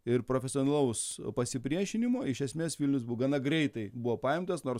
ir profesionalaus pasipriešinimo iš esmes vilnius bu gana greitai buvo paimtas nors